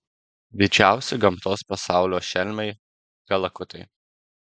didžiausi gamtos pasaulio šelmiai kalakutai